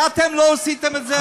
כשאתם לא עשיתם את זה,